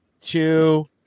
two